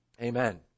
amen